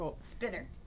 Spinner